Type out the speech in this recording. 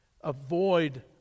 Avoid